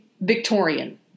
Victorian